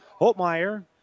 Holtmeyer